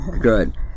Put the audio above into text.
Good